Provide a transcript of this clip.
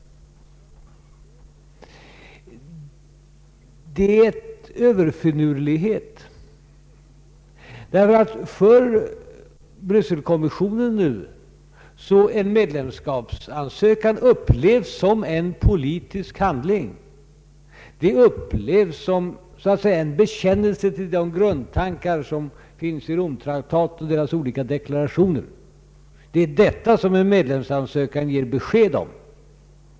Det är överfinurlighet, därför att en ansökan om medlemskap av Brysselkommissionen upplevs som en politisk handling, som en bekännelse till de grundtankar som finns i Romtraktaten och dess olika deklarationer. Det är en sådan inställning som en medlemsansökan ger besked om.